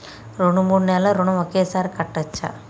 రెండు మూడు నెలల ఋణం ఒకేసారి కట్టచ్చా?